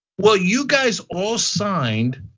well, you guys all signed